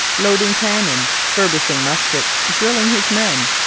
loading cannon, furbishing muskets, drilling his men,